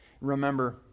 Remember